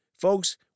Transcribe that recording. Folks